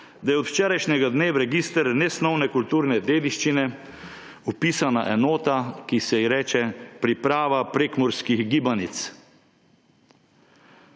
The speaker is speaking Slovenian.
da je od včerajšnjega dne v register nesnovne kulturne dediščine vpisana enota, ki se ji reče priprava prekmurskih gibanic.